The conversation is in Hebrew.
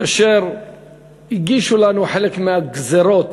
כאשר הגישו לנו חלק מהגזירות